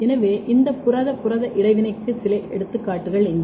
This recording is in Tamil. எனவே இந்த புரத புரத இடைவினைக்கு சில எடுத்துக்காட்டுகள் இங்கே